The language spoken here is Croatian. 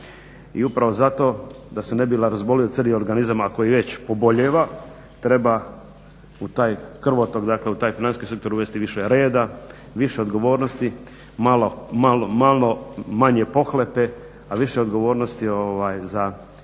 I upravo zato da se ne bi razbolio cijeli organizam ako već i pobolijeva treba u taj krvotok, dakle u taj financijski sektor uvesti više reda, više odgovornosti, malo manje pohlepe, a više odgovornosti za i građane